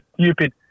stupid